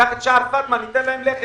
תפתח את שער פטמה וניתן להם לחם.